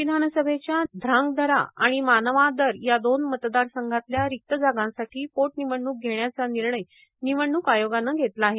गुजरात विधानसभेच्या ध्रांगधरा आणि मानवादर या दोन मतदासंघातल्या रिक्त जागांसाठी पोट निवडणूक घेण्याचा निर्णय निवडणूक आयोगाने घेतला आहे